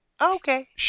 Okay